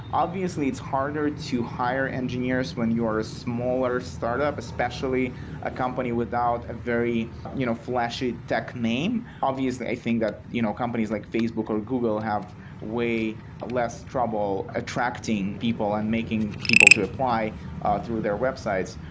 obviously, it's harder to hire engineers when you're a smaller startup, especially a company without a very you know flashy tech name. obviously, i think that you know companies like facebook or google have way less trouble attracting people and making people to apply through their websites.